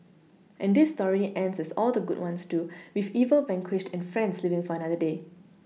and this story ends as all the good ones do with evil vanquished and friends living for another day